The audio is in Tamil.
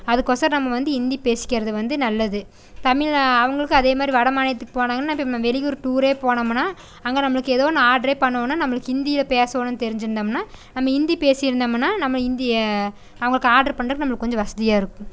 அதுக்கோசறோம் நம்ம வந்து ஹிந்தி பேசிக்கிறது வந்து நல்லது தமிழ் அவங்களுக்கும் அதேமாதிரி வட மாநிலத்துக்கு போனாங்கன்னா இப்போ நம்ம வெளியூர் டூரே போனோமுன்னா அங்கே நம்மளுக்கு எதோ ஒன்று ஆர்ட்ரே பண்ணனுனா நம்மளுக்கு ஹிந்தியில பேசணும் தெரிஞ்சிருந்தம்னா நம்ம ஹிந்தி பேசி இருந்தம்முன்னா நம்ம இந்திய அவங்களுக்கு ஆர்ட்ரு பண்ணுறதுக் நம்மளுக்கு கொஞ்சம் வசதியா இருக்கும்